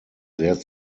sehr